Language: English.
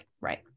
right